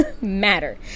matter